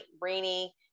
rainy